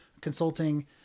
consulting